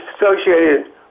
associated